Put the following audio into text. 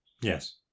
Yes